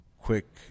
quick